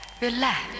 relax